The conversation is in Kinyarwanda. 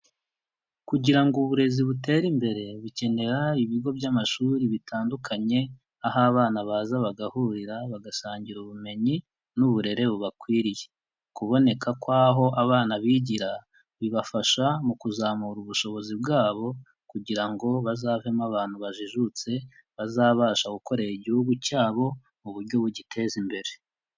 Kugira ngo uburezi butere imbere bikenera ibigo by'amashuri bitandukanye, aho abana baza bagahurira bagasangira ubumenyi n'uburere bubakwiriye. Kuboneka kw'aho abana bigira, bibafasha mu kuzamura ubushobozi bwabo kugira ngo bazavemo abantu bajijutse bazabasha gukorera igihugu cyabo mu buryo bugiteza imbere.